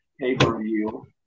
pay-per-view